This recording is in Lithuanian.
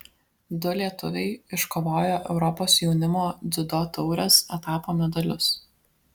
du lietuviai iškovojo europos jaunimo dziudo taurės etapo medalius